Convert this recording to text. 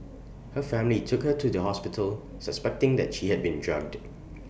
her family took her to the hospital suspecting that she had been drugged